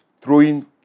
throwing